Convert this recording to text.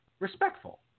Respectful